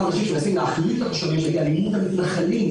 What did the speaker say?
אנשים שמנסים להכליל בקטלוג אלימות המתנחלים,